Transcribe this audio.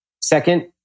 Second